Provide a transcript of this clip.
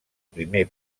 primer